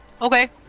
Okay